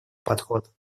подход